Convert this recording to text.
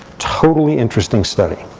totally interesting study.